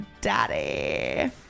Daddy